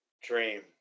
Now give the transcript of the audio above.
dream